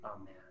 Amen